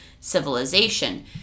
civilization